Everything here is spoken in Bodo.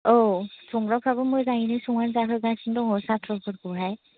औ संग्राफोराबो मोजाङैनो संनानै जाहोगासिनो दङ साथ्र'फोरखौहाय